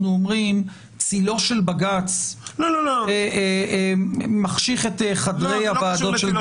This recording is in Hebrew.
אומרים שצלו של בג"ץ מחשיך את חדרי הוועדות.